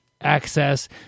access